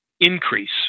increase